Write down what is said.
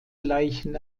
leichen